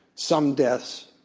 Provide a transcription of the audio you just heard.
some deaths,